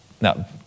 Now